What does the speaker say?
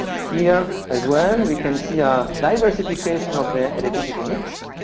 here, as well, we can see ah diversification of the electricity mix,